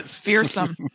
fearsome